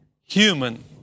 human